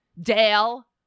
Dale